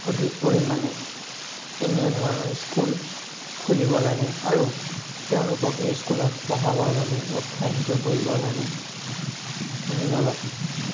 অধিক পৰিমাণে এনেধৰণৰ স্কুল খুলিব লাগে আৰু তেওঁলোকক এই স্কুলত পঢ়াবৰ বাবে উৎসাহিত কৰিব লাগে ধন্যবাদ